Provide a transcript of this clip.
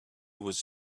was